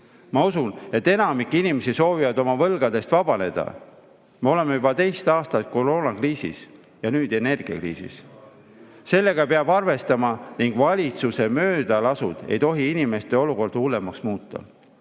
Ma usun, et enamik inimesi soovib oma võlgadest vabaneda. Me oleme juba teist aastat koroonakriisis ja nüüd ka energiakriisis. Sellega peab arvestama ning valitsuse möödalasud ei tohi inimeste olukorda hullemaks muuta.